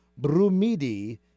Brumidi